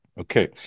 Okay